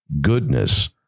goodness